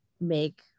make